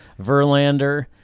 Verlander